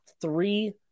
three